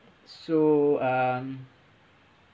so um